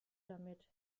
damit